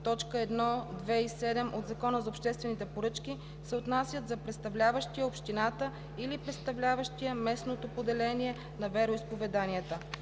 т. 1, 2 и 7 от Закона за обществените поръчки се отнасят за представляващия общината или представляващия местното поделение на вероизповеданията;